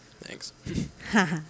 Thanks